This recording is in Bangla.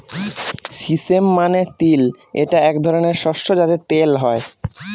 সিসেম মানে তিল এটা এক ধরনের শস্য যাতে তেল হয়